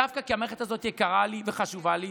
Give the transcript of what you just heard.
דווקא כי המערכת הזאת יקרה לי וחשובה לי.